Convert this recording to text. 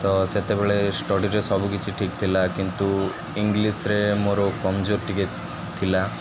ତ ସେତେବେଳେ ଷ୍ଟଡିରେ ସବୁକିଛି ଠିକ୍ ଥିଲା କିନ୍ତୁ ଇଂଲିଶରେ ମୋର କମଜୋର ଟିକେ ଥିଲା